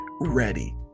ready